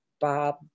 Bob